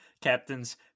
Captains